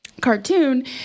cartoon